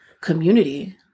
community